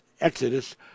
Exodus